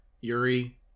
Yuri